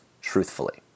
truthfully